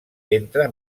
entre